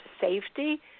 safety